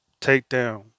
takedown